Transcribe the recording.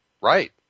Right